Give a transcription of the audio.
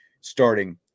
starting